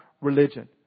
religion